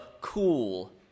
cool